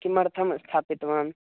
किमर्थं स्थापितवान्